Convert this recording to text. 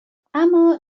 اما